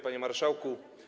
Panie Marszałku!